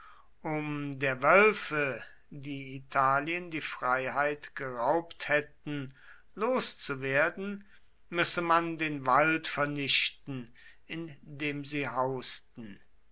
um der wölfe die italien die freiheit geraubt hätten loszuwerden müsse man den wald vernichten in dem sie hausten